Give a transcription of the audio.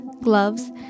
gloves